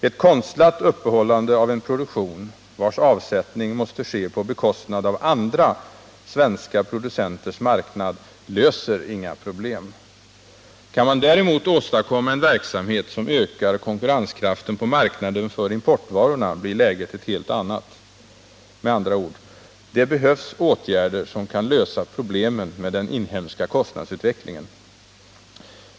Ett konstlat uppehållande av en produktion vars avsättning måste ske på bekostnad av andra svenska producenters marknad löser inga problem. Kan man däremot åstadkomma en verksamhet som ökar konkurrenskraften på marknaden gentemot importvarorna blir läget ett helt annat. Med andra ord: det behövs åtgärder som kan lösa problemen med den inhemska kostnadsutvecklingen!